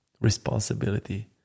responsibility